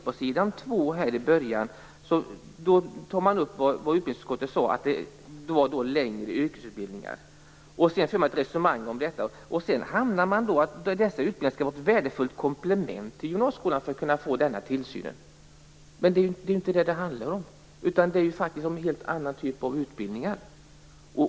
På s. 2, i början, tar skolministern upp samma sak som utbildningsutskottet sade - att det rör sig om längre yrkesutbildningar. Sedan för hon ett resonemang om detta som hamnar i att dessa utbildningar skall vara ett värdefullt komplement till gymnasieskolan för att kunna få tillsynen. Men det är ju inte det som det handlar om, utan det här är en helt annan typ av utbildning.